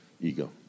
ego